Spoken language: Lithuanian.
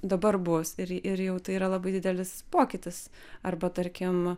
dabar bus ir ir jau tai yra labai didelis pokytis arba tarkim